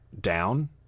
down